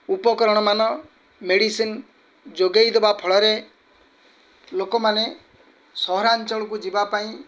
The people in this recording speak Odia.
ଉପକରଣମାନ ମେଡ଼ିସିନ୍ ଯୋଗେଇଦବା ଫଳରେ ଲୋକମାନେ ସହରାଞ୍ଚଳକୁ ଯିବା ପାଇଁ